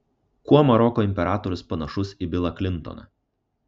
kuo maroko imperatorius panašus į bilą klintoną